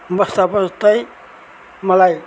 बस्दा बस्दै मलाई